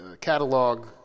catalog